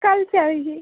कल चाहिए